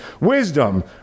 wisdom